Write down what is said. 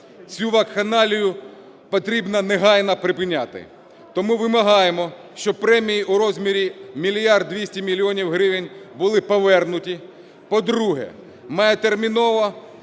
Цю вакханалію потрібно негайно припиняти. Тому вимагаємо, щоб премії у розмірі мільярд 200 мільйонів гривень були повернуті. По-друге, має терміново